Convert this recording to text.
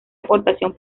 aportación